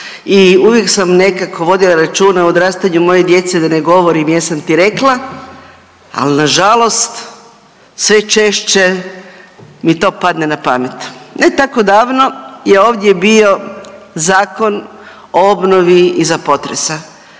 i uvijek sam nekako vodila računa u odrastanju moje djece da ne govorim „jesam ti rekla“ al nažalost sve češće mi to padne na pamet. Ne tako davno je ovdje bio Zakon o obnovi iza potresa.